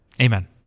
Amen